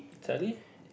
Italy